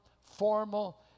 formal